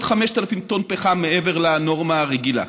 5,000 טונות פחם מעבר לנורמה הרגילה.